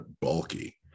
bulky